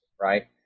right